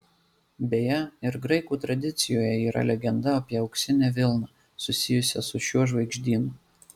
beje ir graikų tradicijoje yra legenda apie auksinę vilną susijusią su šiuo žvaigždynu